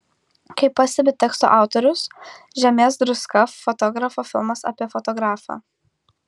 kaip pastebi teksto autorius žemės druska fotografo filmas apie fotografą